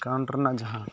account ᱨᱮᱱᱟᱜ ᱡᱟᱦᱟᱸ